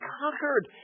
conquered